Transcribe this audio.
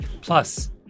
Plus